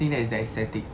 I think that's the ecstatic